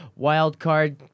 wildcard